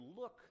look